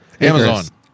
Amazon